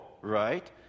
right